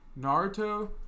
Naruto